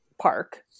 park